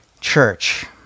Church